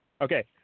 Okay